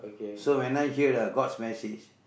so when I hear the god's message